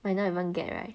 might not even get [right]